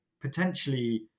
potentially